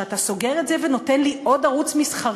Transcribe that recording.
שאתה סוגר את זה ונותן לי עוד ערוץ מסחרי?